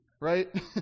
right